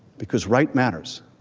because right matters,